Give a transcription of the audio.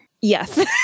yes